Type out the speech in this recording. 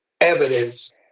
evidence